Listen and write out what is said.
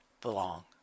belong